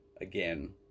again